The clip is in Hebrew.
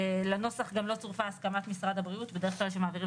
לנוסח גם לא צורפה הסכמת משרד הבריאות - בדרך כלל כשמעבירים